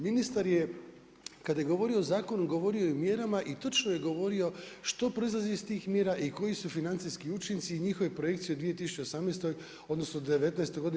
Ministar je kada je govorio o zakonu, govorio je o mjerama i točno je govorio što proizlazi iz tih mjera i koji su financijski učinci i njihove projekcije u 2018., odnosno 2019. godini.